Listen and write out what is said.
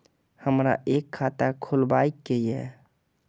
हमरा एक खाता खोलाबई के ये?